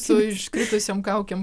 su iškritusiom kaukėm